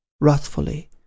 Wrathfully